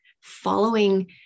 following